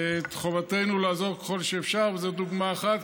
חובתנו לעזור ככל שאפשר, וזו דוגמה אחת.